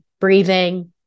breathing